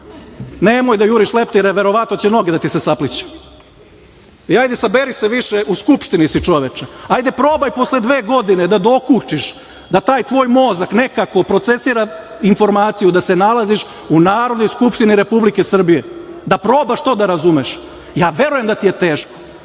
Nemoj da juriš leptire, verovatno će noge da ti se sapliću. Hajde, saberi se više, u Skupštini si čoveče. Hajde probaj posle dve godine da dokučiš da taj tvoj mozak nekako procesira informaciju da se nalaziš u Narodnoj skupštini Republike Srbije, da probaš to da razumeš. Verujem da ti je teško,